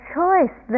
choice